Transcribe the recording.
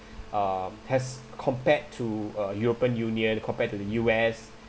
um as compared to uh european union compared to the U_S